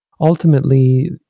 ultimately